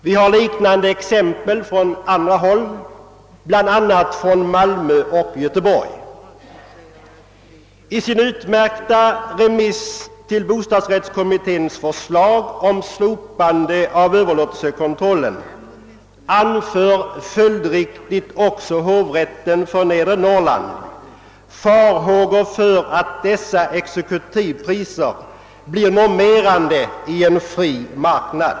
Vi har haft liknande exempel på andra håll, bl.a. i Malmö och Göteborg. I sitt utmärkta remissvar på bostadsrättskommitténs förslag om slopande av överlåtelsekontrollen anför följdriktigt också hovrätten för Nedre Norrland farhågor för att dessa exekutiva priser blir normerande i en fri marknad.